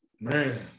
Man